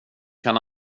kan